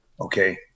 Okay